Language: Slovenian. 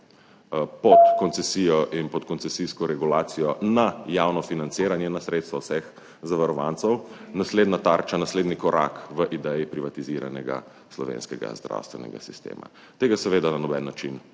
pod koncesijo in pod koncesijsko regulacijo, na javno financiranje, na sredstva vseh zavarovancev naslednja tarča, naslednji korak v ideji privatiziranega slovenskega zdravstvenega sistema. Tega seveda na noben način